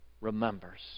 remembers